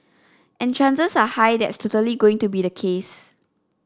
and chances are high that's totally going to be the case